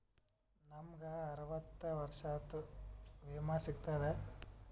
ನಮ್ ಗ ಅರವತ್ತ ವರ್ಷಾತು ವಿಮಾ ಸಿಗ್ತದಾ?